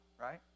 right